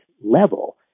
level